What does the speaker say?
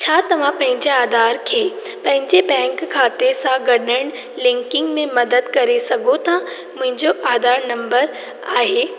छा तव्हां पंहिंजे आधार खे पंहिंजे बैंक खाते सां गंढण लिंकिंग में मदद करे सघो था मुहिंजो आधार नंबर आहे